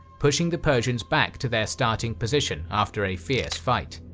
pushing the persians back to their starting position after a fierce fight.